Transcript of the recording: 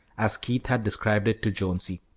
as keith had described it to jonesy.